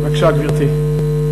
בבקשה, גברתי.